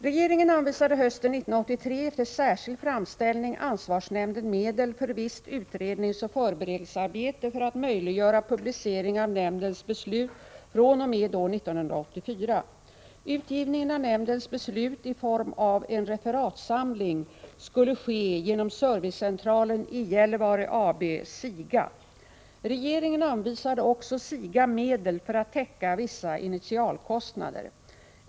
Regeringen anvisade hösten 1983 — efter särskild framställning — ansvarsnämnden medel för visst utredningsoch förberedelsearbete för att möjliggöra publicering av nämndens beslut fr.o.m. år 1984. Utgivningen av nämndens beslut i form av en referatsamling skulle ske genom Servicecentralen i Gällivare AB . Regeringen anvisade också SIGA medel för att täcka vissa initialkostnader.